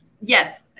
yes